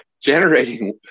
generating